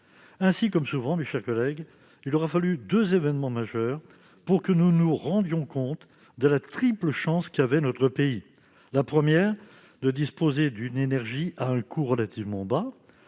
Ainsi, comme souvent, mes chers collègues, il aura fallu deux événements majeurs pour que nous nous rendions compte de la triple chance qu'avait notre pays de disposer d'une énergie à un coût relativement bas,